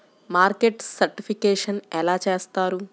Market certification ఎలా చేస్తారు?